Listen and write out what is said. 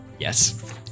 yes